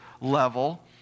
level